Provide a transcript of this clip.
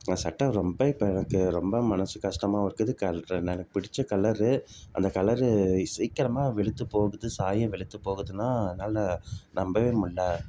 அந்த சட்டை ரொம்ப இப்போ எனக்கு ரொம்ப மனசு கஷ்டமாவும் இருக்குது எனக்கு பிடித்த கலரு அந்த கலரு சீக்கிரமா வெளுத்து போகுது சாயம் வெளுத்து போகுதுன்னா என்னால் நம்ப முடில